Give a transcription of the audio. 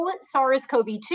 SARS-CoV-2